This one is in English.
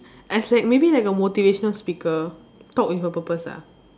as like maybe like a motivational speaker talk with a purpose ah